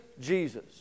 Jesus